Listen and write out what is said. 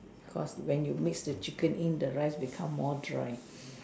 cause when you make the chicken in the rice become more dry